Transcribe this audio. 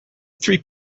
three